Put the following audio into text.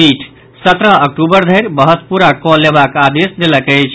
पीठ सत्रह अक्टूबर धरि बहस पूरा कऽ लेबाक आदेश देलक अछि